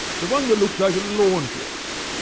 the one that looks like a laundress.